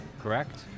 correct